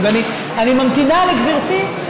אז אני ממתינה לגברתי,